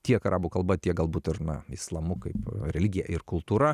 tiek arabų kalba tiek galbūt ar na islamu kaip religija ir kultūra